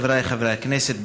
חבריי חברי הכנסת,